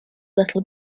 little